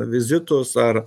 vizitus ar